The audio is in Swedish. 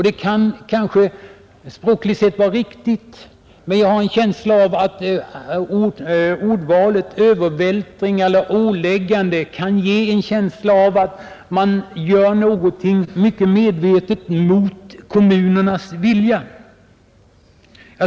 Detta kan möjligen språkligt sett vara riktigt, men jag har en känsla av att ordvalet ”övervältra” och ”ålägga” kan ge en känsla av att man gör någonting medvetet mot kommunernas vilja.